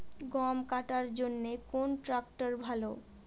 গম কাটার জন্যে কোন ট্র্যাক্টর ভালো?